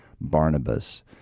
Barnabas